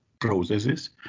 processes